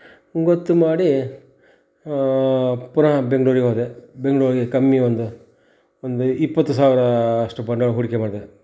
ಗೊತ್ತು ಮಾಡಿ ಪುನಃ ಬೆಂಗ್ಳೂರಿಗೆ ಹೋದೆ ಬೆಂಗ್ಳೂರಿಗೆ ಕಮ್ಮಿ ಒಂದು ಒಂದು ಇಪ್ಪತ್ತು ಸಾವಿರ ಅಷ್ಟು ಬಂಡವಾಳ ಹೂಡಿಕೆ ಮಾಡಿದೆ